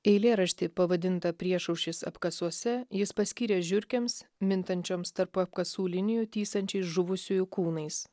eilėraštį pavadintą priešaušris apkasuose jis paskyrė žiurkėms mintančioms tarp apkasų linijų tysančiais žuvusiųjų kūnais